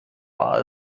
war